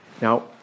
Now